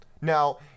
Now